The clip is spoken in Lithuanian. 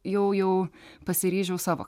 jau jau pasiryžau savo